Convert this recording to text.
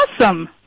Awesome